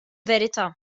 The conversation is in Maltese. verità